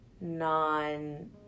non